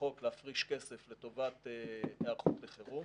חוק להפריש כסף לטובת היערכות לחירום.